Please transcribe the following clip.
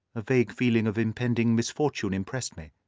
a vague feeling of impending misfortune impressed me.